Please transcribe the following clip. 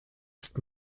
ist